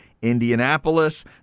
Indianapolis